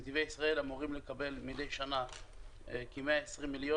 נתיבי ישראל אמורים לקבל מדי שנה כ-120 מיליון